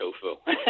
tofu